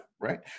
Right